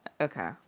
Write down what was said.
Okay